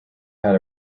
had